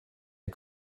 der